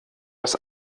das